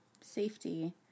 safety